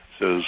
says